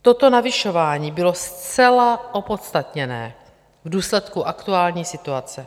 Toto navyšování bylo zcela opodstatněné v důsledku aktuální situace.